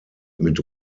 mit